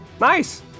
Nice